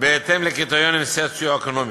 בהתאם לקריטריונים סוציו-אקונומיים.